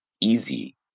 easy